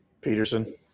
Peterson